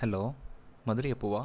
hello Madurai அப்புவா